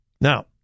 Now